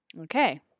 Okay